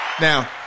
Now